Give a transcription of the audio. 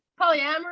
polyamory